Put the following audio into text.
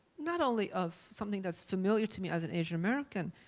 not only of something that's familiar to me as an asian american,